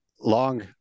long